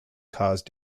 cause